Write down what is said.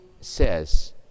says